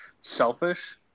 selfish